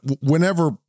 whenever